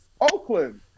Oakland